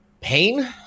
pain